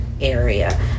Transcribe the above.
area